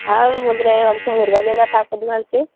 हम बोल रहे हैं हमको मुर्गा लेना था आपकी दुकान से